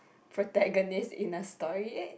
protagonist in a story